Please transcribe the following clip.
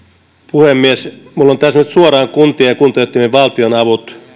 puhemies minulla on tässä nyt suoraan kuntien ja kuntayhtymien valtionavut